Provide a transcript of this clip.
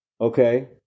okay